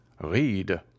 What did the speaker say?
Read